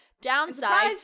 downside